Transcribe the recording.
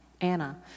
anna